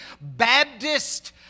Baptist